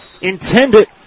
intended